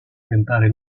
tentare